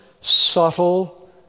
subtle